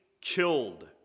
killed